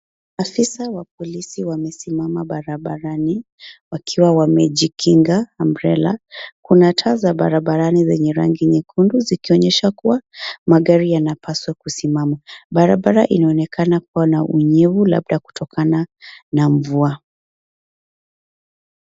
Afisa wa polisi wamesimama barabarani wakiwa wamejikinga umbrella . Kuna taa za barabarani zenye rangi nyekundu zikionyesha kuwa magari yanapaswa kusimama. Barabara inaonekana kuwa na unyevu labda kutokana na mvua.